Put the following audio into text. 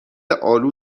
آلو